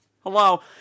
Hello